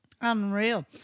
unreal